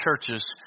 churches